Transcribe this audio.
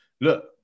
look